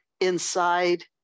inside